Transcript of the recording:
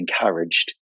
encouraged